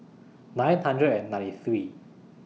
nine hundred and ninety three